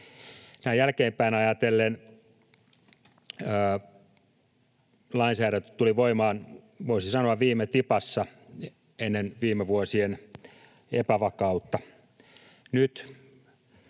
jälkeenpäin ajatellen lainsäädäntö tuli voimaan, voisi sanoa, viime tipassa ennen viime vuosien epävakautta. Nyt